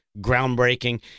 groundbreaking